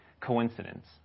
coincidence